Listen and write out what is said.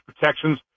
protections